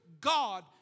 God